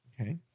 Okay